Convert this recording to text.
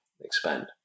expand